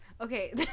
Okay